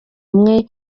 imwe